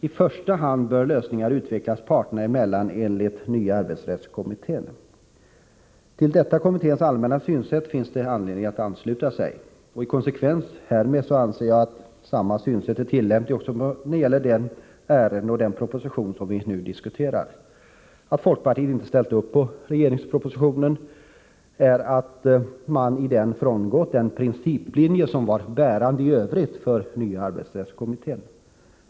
I första hand bör lösningar utvecklas parterna emellan enligt nya arbetsrättskommitténs förslag. Till detta kommitténs allmänna synsätt finns det anledning att ansluta sig. I konsekvens härmed anser jag att samma synsätt är tillämpligt också på det ärende och på den proposition som vi nu diskuterar. Att folkpartiet inte ställt upp på regeringspropositionen beror på att man i den frångått den principlinje som var bärande i övrigt för nya arbetsrättskommittén.